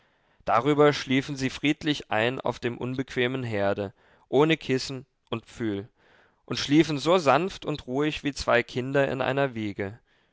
darüber schliefen sie friedlich ein auf dem unbequemen herde ohne kissen und pfühl und schliefen so sanft und ruhig wie zwei kinder in einer wiege